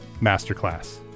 masterclass